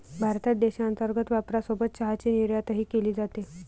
भारतात देशांतर्गत वापरासोबत चहाची निर्यातही केली जाते